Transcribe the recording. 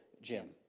Jim